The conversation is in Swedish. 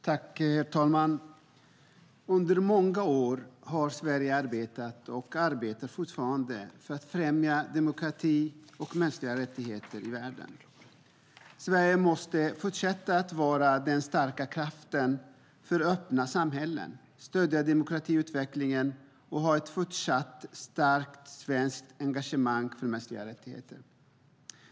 Herr talman! Under många år har Sverige arbetat och arbetar fortfarande för att främja demokrati och mänskliga rättigheter i världen. Sverige måste fortsätta att vara den starka kraften för öppna samhällen, stödja demokratiutvecklingen och ha ett fortsatt starkt svenskt engagemang för mänskliga rättigheter.